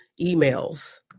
emails